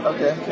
Okay